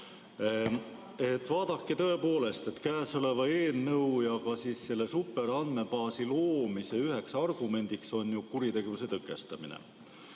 Vaadake, tõepoolest, käesoleva eelnõu ja selle superandmebaasi loomise üheks argumendiks on kuritegevuse tõkestamine.